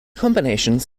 combinations